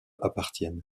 appartiennent